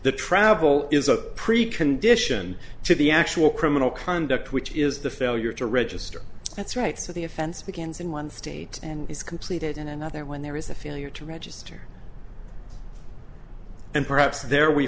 the travel is a precondition to the actual criminal conduct which is the failure to register that's right so the offense begins in one state and is completed in another when there is a failure to register and perhaps there we